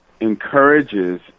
encourages